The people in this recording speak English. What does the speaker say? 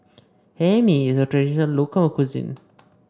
Hae Mee is a traditional local cuisine